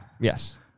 Yes